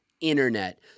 internet